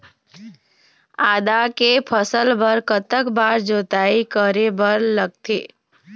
आदा के फसल बर कतक बार जोताई करे बर लगथे?